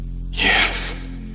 Yes